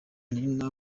nina